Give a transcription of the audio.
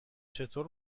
چطور